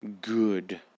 good